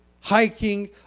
hiking